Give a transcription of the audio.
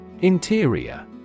Interior